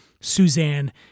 Suzanne